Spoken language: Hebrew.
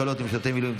הקלות למשרתי מילואים),